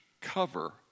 cover